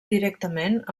directament